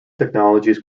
technologies